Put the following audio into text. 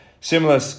Similar